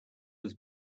was